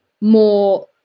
more